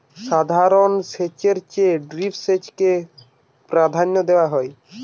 সাধারণ সেচের চেয়ে ড্রিপ সেচকে প্রাধান্য দেওয়া হয়